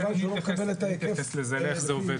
אני אתייחס לזה לאיך זה עובד.